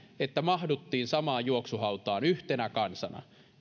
että mahduttiin samaan juoksuhautaan yhtenä kansana